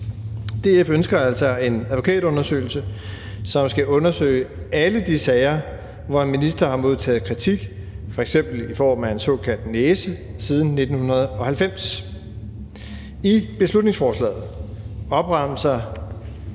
DF ønsker altså en advokatundersøgelse, som skal undersøge alle de sager, hvor en minister har modtaget kritik, f.eks. i form af en såkaldt næse, siden 1990. I beslutningsforslaget opremser